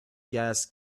gas